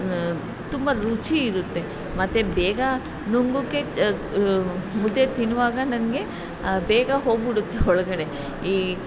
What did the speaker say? ತುಂಬ ರುಚಿ ಇರುತ್ತೆ ಮತ್ತು ಬೇಗ ನುಂಗೋಕೆ ಮುದ್ದೆ ತಿನ್ನುವಾಗ ನನಗೆ ಬೇಗ ಹೋಗಿಬಿಡುತ್ತೆ ಒಳಗಡೆ ಈ